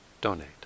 donate